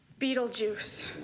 Beetlejuice